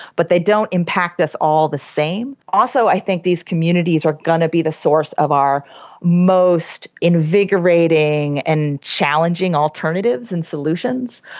but they don't impact us all the same. also i think these communities are going to be the source of our most invigorating and challenging alternatives and solutions.